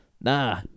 Nah